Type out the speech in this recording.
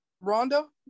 Rondo